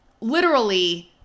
literally-